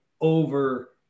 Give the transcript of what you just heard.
over